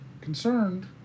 concerned